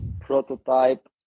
prototype